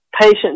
patient